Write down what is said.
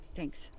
Thanks